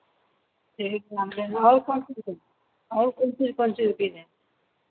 तो यही का हम लेना और कौन सी दुकान और कौन सी दुकान सिलती है